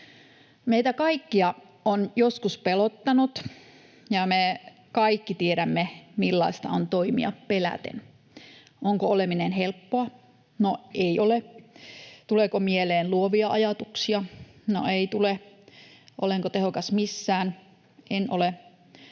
Meitä kaikkia on joskus pelottanut, ja me kaikki tiedämme, millaista on toimia peläten. Onko oleminen helppoa? No ei ole. Tuleeko mieleen luovia ajatuksia? No ei tule. Olenko tehokas missään? En ole.